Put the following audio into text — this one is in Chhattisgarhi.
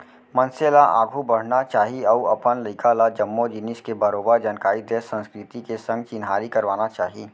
मनसे ल आघू बढ़ना चाही अउ अपन लइका ल जम्मो जिनिस के बरोबर जानकारी देत संस्कृति के संग चिन्हारी करवाना चाही